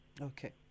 Okay